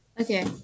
Okay